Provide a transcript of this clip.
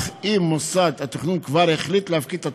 אך אם מוסד התכנון כבר החליט להפקיד את התוכנית,